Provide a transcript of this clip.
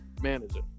manager